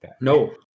no